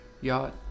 Yacht